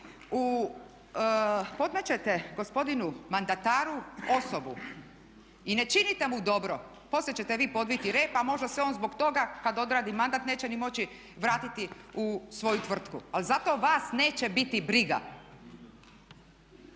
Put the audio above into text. Podmećete gospodinu mandataru osobu i ne činite mu dobro. Poslije ćete vi podviti rep a možda se on zbog toga kad odradi mandat neće ni moći vratiti u svoju tvrtku. Ali zato vas neće biti briga.